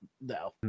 no